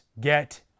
get